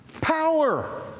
Power